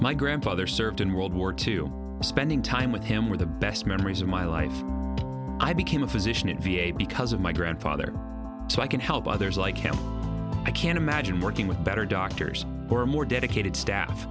my grandfather served in world war two spending time with him were the best memories of my life i became a physician in v a because of my grandfather so i can help others like him i can't imagine working with better doctors or more dedicated staff